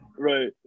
Right